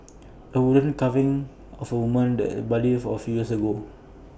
A wooden carving of A woman that Bali A few years ago